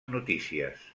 notícies